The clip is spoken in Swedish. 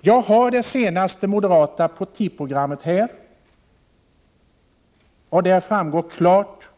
Jag har här det senaste moderata partiprogrammet, och där framgår klart